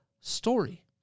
story